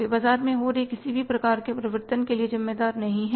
वे बाज़ार में हो रहे किसी भी प्रकार के परिवर्तन के लिए ज़िम्मेदार नहीं हैं